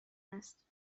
است